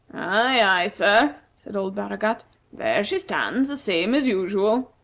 aye, aye, sir, said old baragat there she stands, the same as usual.